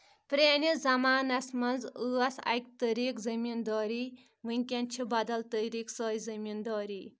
پرٛٲنِس زمانس منٛز ٲس اَکہِ طٔریٖق زٔمیٖندٲری وٕنکؠن چھِ بدل طٔریٖقہٕ سۄے زٔمیٖندٲری